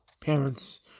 parents